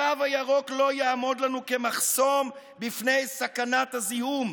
הקו הירוק לא יעמוד לנו כמחסום בפני סכנת הזיהום.